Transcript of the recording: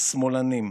שמאלנים.